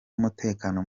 w’umutekano